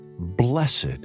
Blessed